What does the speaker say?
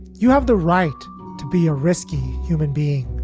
you have the right to be a risky human being.